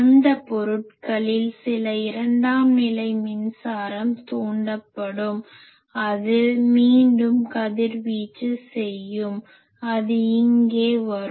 அந்த பொருட்களில் சில இரண்டாம் நிலை மின்சாரம் தூண்டப்படும் அது மீண்டும் கதிர்வீச்சு செய்யும் அது இங்கே வரும்